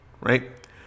Right